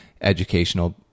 educational